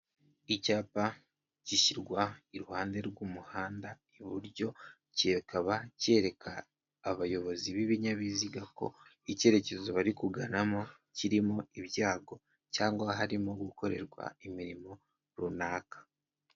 Icyapa gishyirwa iruhande rw'umuhanda iburyo, kikaba cyereka abayobozi b'ibinyabiziga ko icyerekezo bari kuganamo kirimo ibyago cyangwa harimo gukorerwa imirimo runaka.